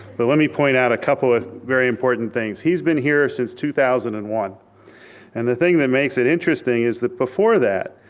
but let me point out a couple of very important things. he's been here since two thousand and one and the thing that makes it interesting is that before that,